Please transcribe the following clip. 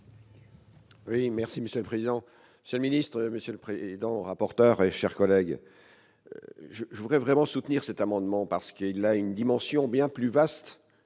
Oui, merci Monsieur le Président, ce ministre Monsieur le Président, rapporterait, chers collègues, je je voudrais vraiment soutenir cet amendement parce qu'il a une dimension bien plus vaste